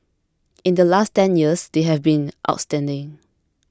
in the last ten years they have been outstanding